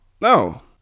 no